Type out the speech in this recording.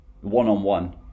one-on-one